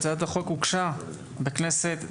הצעת החוק הוגשה בכנסת ה-18,